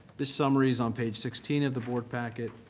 this summary is on page sixteen of the board packet.